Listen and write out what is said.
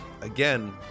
again